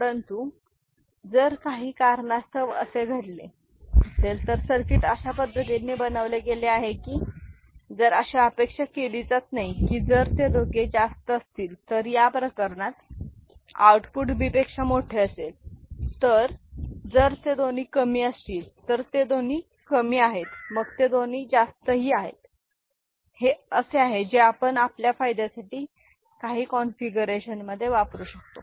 परंतु जर काही कारणास्तव असे घडले असेल तर सर्किट अशा पद्धतीने बनवले गेले आहे जरी अशी अपेक्षा केली जात नाही की जर ते दोघे जास्त असतील तर या प्रकरणात आउटपुट B पेक्षा मोठे असेल तर जर ते दोन्ही कमी असतील तर ते दोघे कमी आहेत मग ते दोघेही जास्त आहेत हे असे आहे जे आपण आपल्या फायद्यासाठी काही कॉन्फिगरेशनमध्ये वापरु शकतो